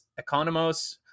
Economos